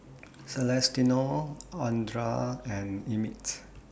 Celestino Audra and Emmitt